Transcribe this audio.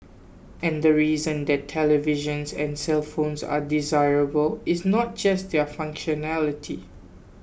and the reason that televisions and cellphones are desirable is not just their functionality